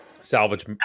salvage